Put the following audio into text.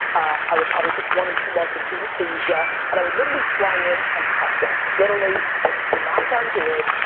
i would probably pick one or two markets in asia, and i would literally fly in and hustle. literally knock on doors,